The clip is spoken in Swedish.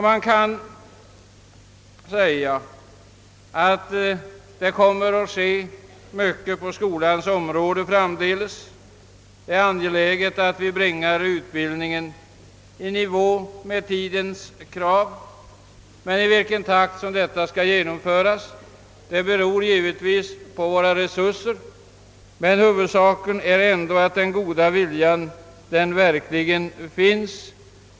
Man kan säga att det framdeles kommer att ske mycket på skolans område och det är angeläget att utbildningen bringas i nivå med tidens krav, men den takt med vilken detta skall genomföras beror givetvis på våra resurser. Huvudsaken är ändå att den goda viljan verkligen finns.